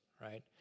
right